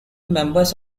members